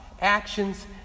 actions